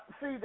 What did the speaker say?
see